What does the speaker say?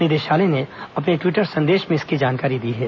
निदेशालय ने अपने ट्वीटर संदेश में इसकी जानकारी दी है